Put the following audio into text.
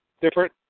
Different